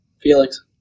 Felix